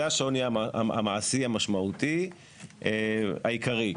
זה השוני המעשי המשמעותי העיקרי.